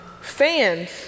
Fans